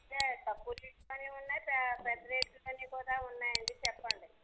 అంటే తక్కువ రేట్లోనూ ఉన్నాయి పెద్ద రేట్లోనూ కూడా ఉన్నాయి అండి చెప్పండి